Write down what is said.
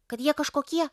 kad jie kažkokie